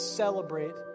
celebrate